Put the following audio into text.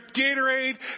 Gatorade